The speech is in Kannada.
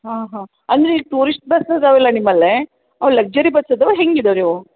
ಹಾಂ ಹಾಂ ಅಂದರೆ ಈಗ ಟೂರಿಸ್ಟ್ ಬಸ್ ಇದಾವಲ್ಲ ನಿಮ್ಮಲ್ಲೇ ಅವು ಲಕ್ಜುರಿ ಬಸ್ ಇದಾವ ಹೆಂಗೆ ಇದಾವ್ರೀ ಇವು